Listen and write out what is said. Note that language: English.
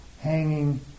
hanging